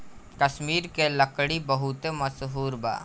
कश्मीर के लकड़ी बहुते मसहूर बा